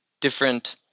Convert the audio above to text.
different